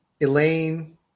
Elaine